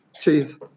Cheers